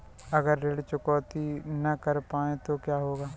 अगर ऋण चुकौती न कर पाए तो क्या होगा?